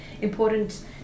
important